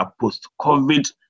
post-COVID